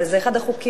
אבל זה אחד החוקים,